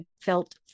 felt